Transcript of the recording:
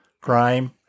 Crime